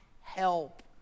help